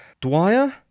Dwyer